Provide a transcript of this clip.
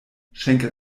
schenkel